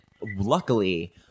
luckily